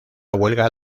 huelga